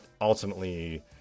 ultimately